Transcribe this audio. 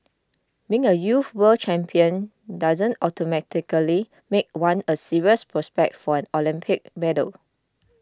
being a youth world champion doesn't automatically make one a serious prospect for an Olympic medal